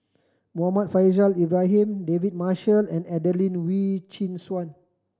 Muhammad Faishal Ibrahim David Marshall and Adelene Wee Chin Suan